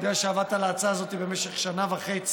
אני יודע שעבדת על ההצעה הזאת במשך שנה וחצי,